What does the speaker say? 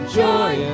joy